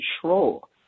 control